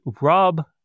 Rob